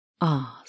ask